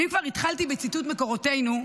ואם כבר התחלתי בציטוט מקורותינו,